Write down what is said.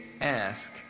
ask